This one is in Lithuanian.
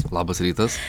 labas rytas